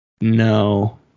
No